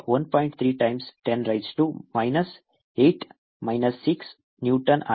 35 times 10 raise to minus 8 minus 6 newtons ಆಗಿದೆ